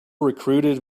recruited